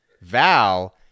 Val